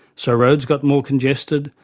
so roads got more congested,